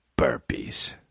burpees